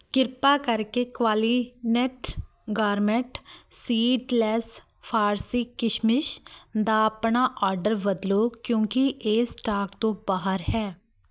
ਕਿਰਪਾ ਕਰ ਕੇ ਕਵਾਲੀਨੈੱਟ ਗਾਰਮੈਟ ਸੀਡਲੈੱਸ ਫਾਰਸੀ ਕਿਸ਼ਮਿਸ਼ ਦਾ ਆਪਣਾ ਆਡਰ ਬਦਲੋ ਕਿਉਂਕਿ ਇਹ ਸਟਾਕ ਤੋਂ ਬਾਹਰ ਹੈ